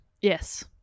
Yes